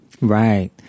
Right